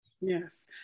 Yes